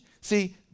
See